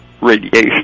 radiation